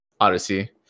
odyssey